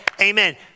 amen